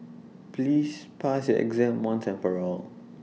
please pass your exam once and for all